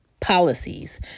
policies